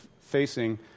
facing